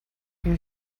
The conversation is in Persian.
این